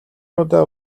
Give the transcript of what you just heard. удаа